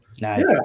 Nice